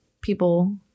people